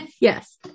Yes